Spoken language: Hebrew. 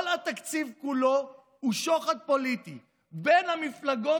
כל התקציב כולו הוא שוחד פוליטי בין המפלגות